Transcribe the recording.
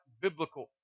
biblical